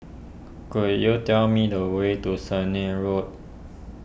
could you tell me the way to Sennett Road